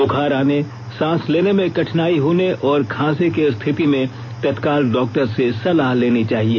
बुखार आने सांस लेने में कठिनाई होने और खांसी की स्थिति में तत्काल डॉक्टर से सलाह लेनी चाहिए